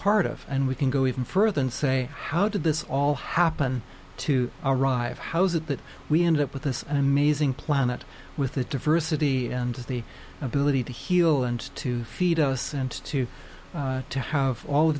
part of and we can go even further and say how did this all happen to arrive how's it that we end up with this amazing planet with the diversity and the ability to heal and to feed us and to to have all